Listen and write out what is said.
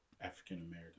African-American